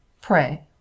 Pray